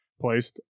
placed